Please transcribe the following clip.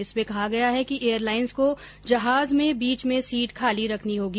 इसमें कहा गया है कि एयरलाइंस को जहाज में बीच में सीट खाली रखनी होगी